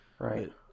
Right